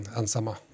ensamma